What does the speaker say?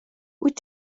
wyt